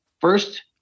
first